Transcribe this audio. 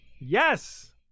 yes